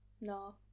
no